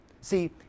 See